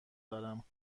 دارم